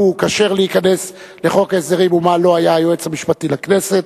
כשר להיכנס לחוק ההסדרים ומה לא היה היועץ המשפטי לכנסת.